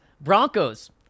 Broncos